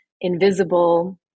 invisible